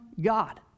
God